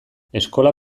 eskola